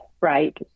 Right